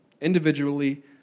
individually